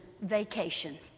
vacation